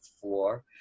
floor